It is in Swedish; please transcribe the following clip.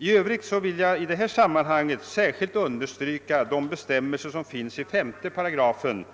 I övrigt vill jag i detta sammanhang särskilt understryka de bestämmelser i 5 §